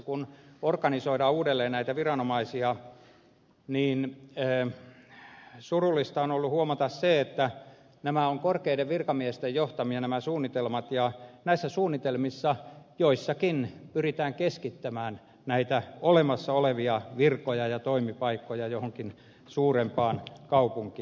kun organisoidaan uudelleen näitä viranomaisia niin surullista on ollut huomata se että nämä suunnitelmat ovat korkeiden virkamiesten johtamia ja näissä suunnitelmissa joissakin pyritään keskittämään näitä olemassa olevia virkoja ja toimipaikkoja johonkin suurempaan kaupunkiin